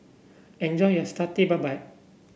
enjoy your Satay Babat